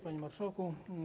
Panie Marszałku!